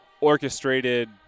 orchestrated